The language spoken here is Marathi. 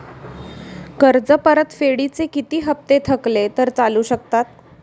कर्ज परतफेडीचे किती हप्ते थकले तर चालू शकतात?